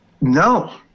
No